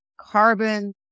carbon